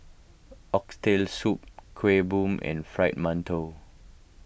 Oxtail Soup Kuih Bom and Fried Mantou